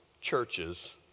churches